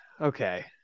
Okay